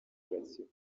gatsibo